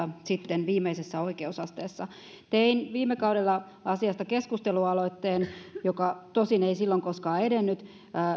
sitten viimeisessä oikeusasteessa tein viime kaudella asiasta keskustelualoitteen joka tosin ei silloin koskaan edennyt